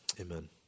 Amen